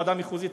ועדה מחוזית,